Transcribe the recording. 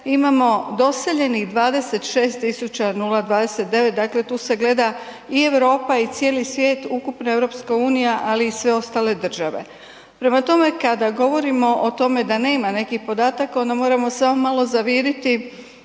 imamo doseljenih 26.029, dakle tu se gleda i Europa i cijeli svijet, ukupna EU, ali i sve ostale države. Prema tome, kada govorimo o tome da nema nekih podataka onda moramo samo malo zaviriti